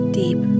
deep